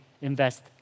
invest